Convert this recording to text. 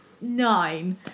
nine